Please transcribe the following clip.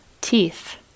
teeth